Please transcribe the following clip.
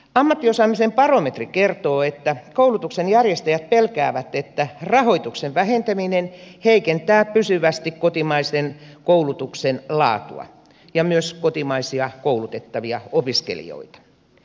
ammattiosaamisen barometri kertoo että koulutuksen järjestäjät pelkäävät että rahoituksen vähentäminen heikentää pysyvästi kotimaisen koulutuksen laatua ja myös kotimaisia koulutettavia opiskelijoita